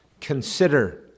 Consider